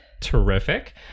Terrific